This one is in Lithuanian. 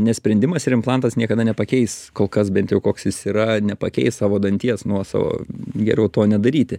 ne sprendimas ir implantas niekada nepakeis kol kas bent jau koks jis yra nepakeis savo danties nuosavo geriau to nedaryti